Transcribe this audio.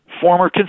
former